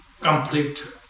complete